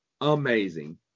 amazing